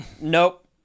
Nope